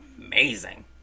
amazing